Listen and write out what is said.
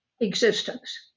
existence